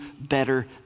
better